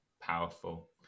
powerful